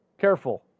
Careful